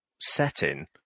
setting